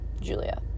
Julia